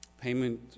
Payment